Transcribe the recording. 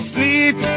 Sleep